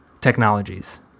technologies